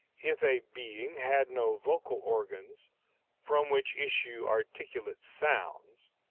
if a being had no vocal organs from which issue articulate sounds,